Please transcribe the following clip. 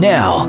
Now